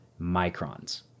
microns